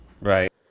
right